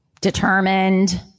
determined